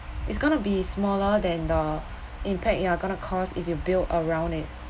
it's gonna be smaller than the impact you are gonna cause if you build around it